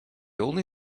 only